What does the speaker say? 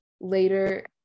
later